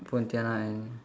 Pontianak and